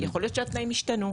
יכול להיות שהתנאים ישתנו,